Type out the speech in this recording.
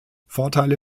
vorteile